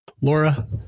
Laura